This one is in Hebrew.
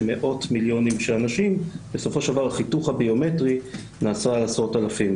מאות מיליונים של אנשים בסופו של דבר החיתוך הביומטרי נעשה עשרות אלפים,